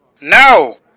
no